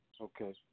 Okay